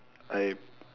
I